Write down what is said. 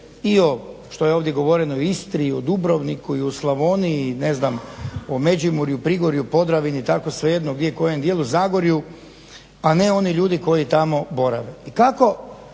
i o što je ovdje govoreno i Istri, o Dubrovniku, o Slavoniji ne znam o Međimurju, Prigorju, Podravini i tako svejedno u kojem dijelu Zagorju a ne oni ljudi koji tamo borave. I kako